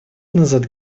назад